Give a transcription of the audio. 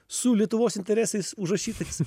su lietuvos interesais užrašytais